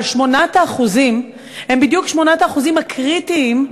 אבל ה-8% הם בדיוק ה-8% הקריטיים,